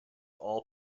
all